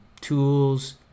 tools